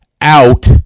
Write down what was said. out